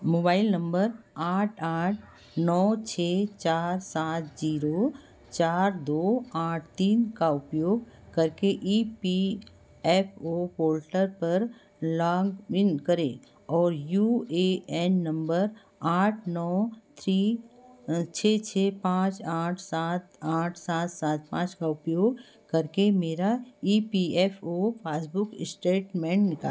mobile number आठ आठ नौ छः चार सात जीरो चार दो आठ तीन का उपयोग करके E P F O portal पर लॉग इन करें और यू ए एन नंबर आठ नौ तीन छः छः पाँच आठ सात आठ सात सात पाँच का उपयोग करके मेरा E P F O passbook statement निका